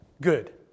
good